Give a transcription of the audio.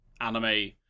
anime